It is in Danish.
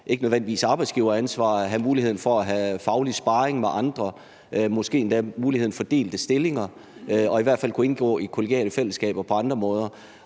ikke nødvendigvis at have arbejdsgiveransvar, mulighed for at have faglig sparring med andre og måske endda mulighed for delte stillinger og i hvert fald at kunne indgå i kollegiale fællesskaber på andre måder.